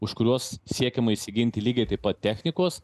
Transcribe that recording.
už kuriuos siekiama įsiginti lygiai taip pat technikos